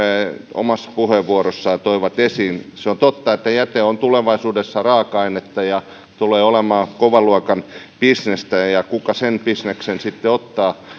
omissa puheenvuoroissaan toivat esiin se on totta että jäte on tulevaisuudessa raaka ainetta ja tulee olemaan kovan luokan bisnestä ja ja kuka sen bisneksen sitten ottaa